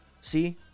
See